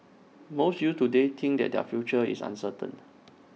most youths today think that their future is uncertain